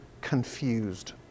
confused